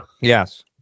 Yes